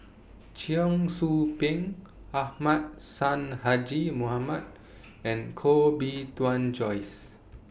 Cheong Soo Pieng Ahmad Sonhadji Mohamad and Koh Bee Tuan Joyce